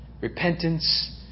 Repentance